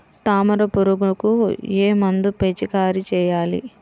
తామర పురుగుకు ఏ మందు పిచికారీ చేయాలి?